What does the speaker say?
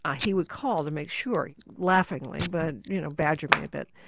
ah he would call to make sure laughingly, but you know badgering me a bit.